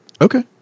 Okay